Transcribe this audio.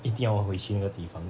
一定要回去那个地方